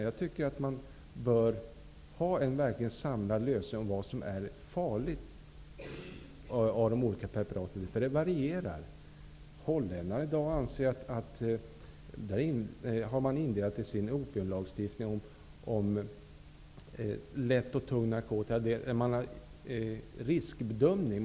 Jag tycker att man bör få till stånd en verkligt samlad lösning för bedömning av vilka av de olika preparaten som är farliga, för den uppfattningen varierar. Holländarna har i dag delat in sin opiumlagstiftning i lätt och tung narkotika. Man har en riskbedömning.